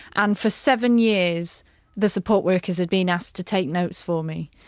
and for seven years the support workers had been asked to take notes for me.